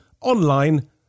online